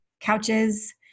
couches